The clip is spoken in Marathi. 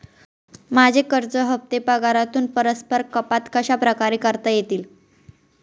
माझे कर्ज हफ्ते पगारातून परस्पर कपात कशाप्रकारे करता येतील?